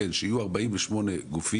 שיהיו 48 גופים,